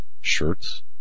shirts